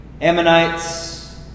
Ammonites